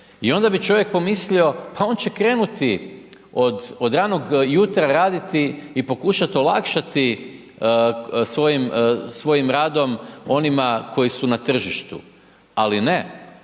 I onda bi čovjek pomislio, pa on će krenuti od ranog jutra raditi i pokušati olakšati svojim radom onima koji su na tržištu, ali ne,